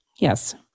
yes